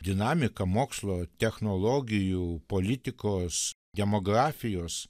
dinamiką mokslo technologijų politikos demografijos